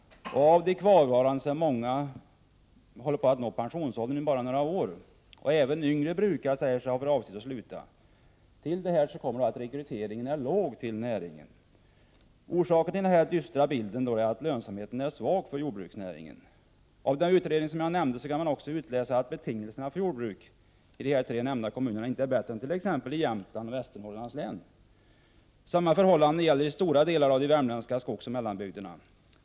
Av de kvarvarande jordbrukarna kommer många att nå pensionsåldern inom några år. Även yngre jordbrukare säger sig ha för avsikt att sluta. Till detta kommer att rekryteringen till näringen är låg. Orsaken till denna dystra bild är att lönsamheten är svag i jordbruksnäringen. Av den utredning jag nämnde kan man också utläsa att betingelserna för jordbruket i de tre nämnda kommunerna inte är bättre än i t.ex. Jämtlana och i Västernorrlands län. Samma förhållande gäller i stora delar av de värmländska skogsoch mellanbygderna.